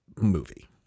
movie